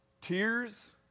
tears